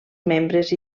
membres